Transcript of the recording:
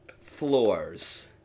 floors